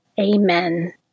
Amen